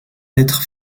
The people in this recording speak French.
être